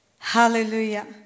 Hallelujah